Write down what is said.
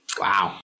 Wow